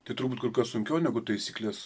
tai turbūt kur kas sunkiau negu taisykles